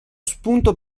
spunto